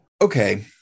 Okay